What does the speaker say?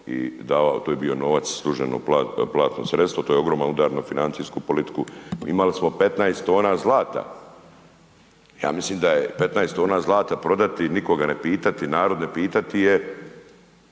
i davao, to je bio novac službeno platno sredstvo, to je ogroman udar na financijsku politiku. Imali smo 15 tona zlata, ja mislim da je, 15 tona zlata prodati nikoga ne pitati, narod ne pitati je